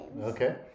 Okay